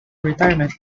retirement